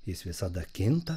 jis visada kinta